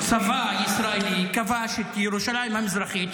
הצבא הישראלי כבש את ירושלים המזרחית,